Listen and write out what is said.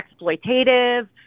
exploitative